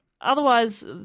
Otherwise